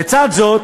לצד זאת,